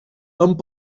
amb